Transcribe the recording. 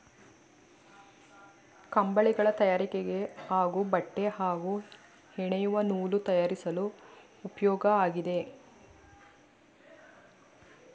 ಕಂಬಳಿಗಳ ತಯಾರಿಕೆಗೆ ಹಾಗೂ ಬಟ್ಟೆ ಹಾಗೂ ಹೆಣೆಯುವ ನೂಲು ತಯಾರಿಸಲು ಉಪ್ಯೋಗ ಆಗಿದೆ